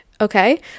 okay